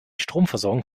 stromversorgung